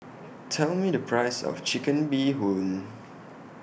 Tell Me The Price of Chicken Bee Hoon